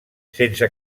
sense